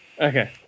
Okay